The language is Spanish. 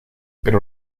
pero